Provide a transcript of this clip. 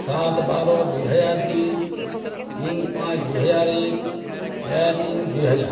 ସାତ ବାର ଦୁଇ ହଜାର ଦୁଇ ତିନି ପାଞ୍ଚ ଦୁଇ ହଜାର ଏକ ଚାରି ତିନି ଦୁଇ ହଜାର